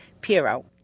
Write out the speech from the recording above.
Piero